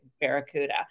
Barracuda